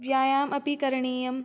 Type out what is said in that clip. व्यायामः अपि करणीयं